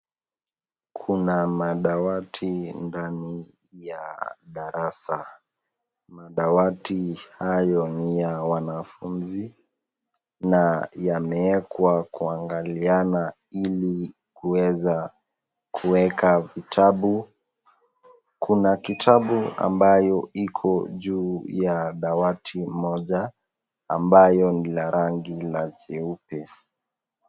Kuna madawati ndani ya darasa. Madawati hayo ni ya wanafunzi na yamewekwa kuangaliana ili kuweza kuweka vitabu. Kuna kitabu ambayo iko juu ya dawati moja, ambayo ni la rangi la jeupe.